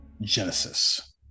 genesis